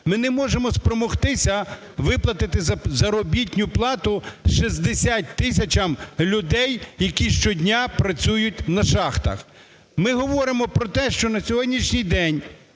ми не можемо спромогтися виплатити заробітну плату 60 тисячам людей, які щодня працюють на шахтах. Ми говоримо про те, що на сьогоднішній день